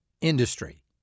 industry